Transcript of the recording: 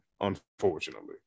Unfortunately